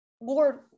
Lord